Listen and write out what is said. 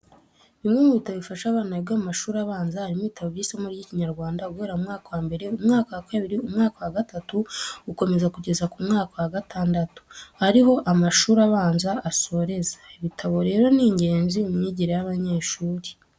Bimwe mu bitabo bifasha abana biga mu mashuri abanza, harimo ibitabo by'isomo ry'Ikinyarwanda guhera mu mwaka wa mbere, umwaka wa kabiri, umwaka wa gatatu gukomeza kugeza ku mwaka wa gatandatu, ari ho amashuri abanza asoreza. Ibitabo rero ni ingenzi mu myigire y'abanyeshuri.